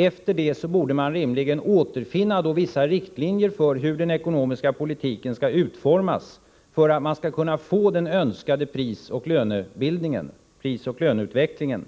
Efter det borde vi rimligen återfinna vissa riktlinjer för hur den ekonomiska politiken skall utformas för att man skall kunna få den önskade prisoch löneutvecklingen.